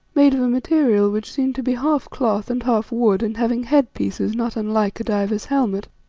made of a material which seemed to be half cloth and half wood and having headpieces not unlike a diver's helmet.